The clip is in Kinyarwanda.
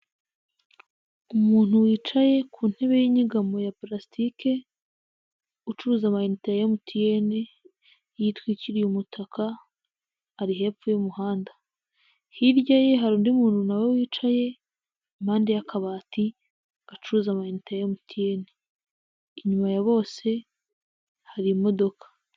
Umuntu wicaye ku ntebe y'inyegamo ya purastike ucuruza amayinite ya MTN yitwikiriye umutaka ari hepfo y'umuhanda, hirya ye hari undi muntu na we wicaye impande y'akabati gacuza amayinite ya MTN, inyuma ya bose hari imodoka.